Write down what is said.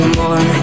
more